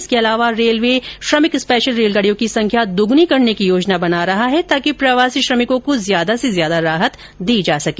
इसके अलावा रेलवे श्रमिक स्पेशल रेलगाडियों की संख्या दुगनी करने की योजना बना रहा हैं ताकि प्रवासी श्रमिकों को ज्यादा से ज्यादा राहत दी जा सके